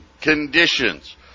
conditions